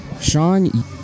Sean